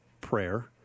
prayer